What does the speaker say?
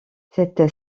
cette